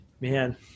man